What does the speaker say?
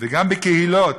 וגם בקהילות,